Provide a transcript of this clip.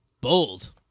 Bold